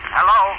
Hello